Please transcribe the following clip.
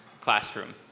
classroom